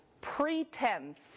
pretense